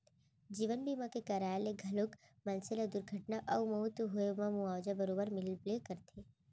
जीवन बीमा के कराय ले घलौक मनसे ल दुरघटना अउ मउत होए म मुवाजा बरोबर मिलबे करथे